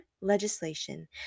legislation